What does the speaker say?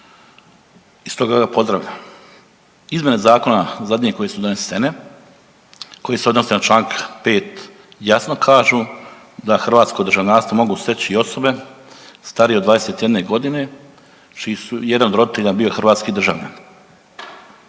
i stoga ga pozdravljam. Izmjene zakona zadnje koje su donesene, koje se odnose na čl. 5. jasno kažu da hrvatsko državljanstvo mogu steći i osobe starije od 21.g. čiji je jedan od roditelja bio hrvatski državljanin.